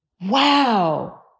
Wow